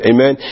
Amen